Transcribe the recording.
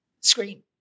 scream